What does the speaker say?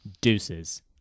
Deuces